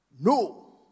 No